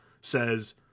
says